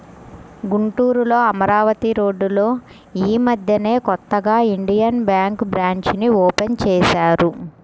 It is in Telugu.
గుంటూరులో అమరావతి రోడ్డులో యీ మద్దెనే కొత్తగా ఇండియన్ బ్యేంకు బ్రాంచీని ఓపెన్ చేశారు